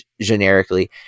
generically